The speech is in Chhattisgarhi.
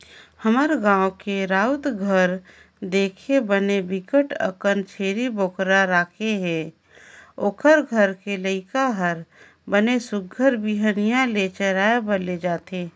हमर गाँव के राउत घर देख बने बिकट अकन छेरी बोकरा राखे हे, ओखर घर के लइका हर बने सुग्घर बिहनिया ले चराए बर ले जथे